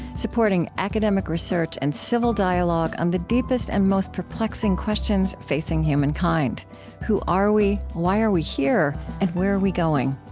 supporting academic research and civil dialogue on the deepest and most perplexing questions facing humankind who are we? why are we here? and where are we going?